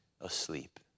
asleep